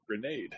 Grenade